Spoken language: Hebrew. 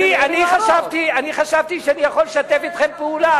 אני חשבתי שאני יכול לשתף אתכם פעולה,